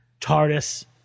TARDIS